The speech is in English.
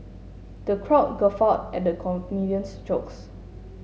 the crowd guffawed at the comedian's jokes